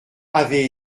avait